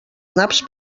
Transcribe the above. naps